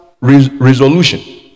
resolution